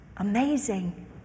Amazing